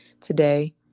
today